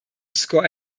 score